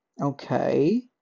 okay